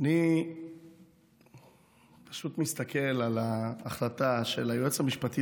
אני פשוט מסתכל על ההחלטה של היועץ המשפטי